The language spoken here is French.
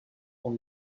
dans